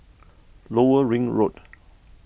Lower Ring Road